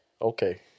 Okay